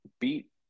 beat